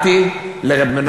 זה בשביל הילד.